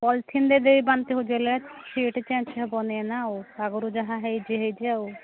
ପଲିଥିନ୍ଟେ ଦେବି ବାନ୍ତି ହେଉଛି ଯଦି ସିଟ୍ ଚେଞ୍ଜ୍ ହେବ ନାହିଁ ନା ଆଉ ଆଗରୁ ଯାହା ହୋଇଛି ହୋଇଛି ଆଉ